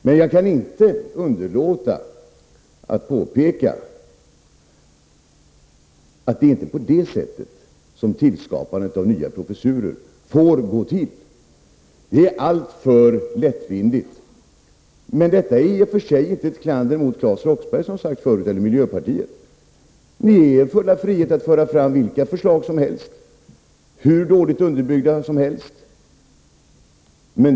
Men jag kan inte underlåta att påpeka att tillsättandet av nya professurer inte får gå till på det sättet, det är alltför lättvindigt. Detta är emellertid, som jag har sagt förut, i och för sig inte ett klander mot Claes Roxbergh eller miljöpartiet. Ni har er fulla frihet att föra fram vilka förslag som helst — hur dåligt underbyggda som helst.